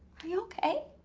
you okay?